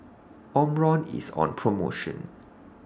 Omron IS on promotion